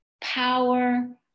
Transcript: power